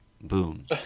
Boom